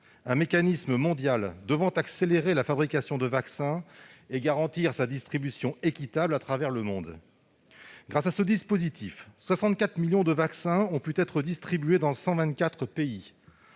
un mécanisme mondial devant accélérer la fabrication de vaccins et garantir sa distribution équitable à travers le monde. Grâce à ce dispositif, 64 millions de vaccins ont pu être distribués dans 124 pays.